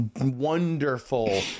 wonderful